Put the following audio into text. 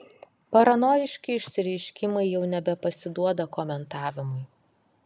paranojiški išsireiškimai jau nebepasiduoda komentavimui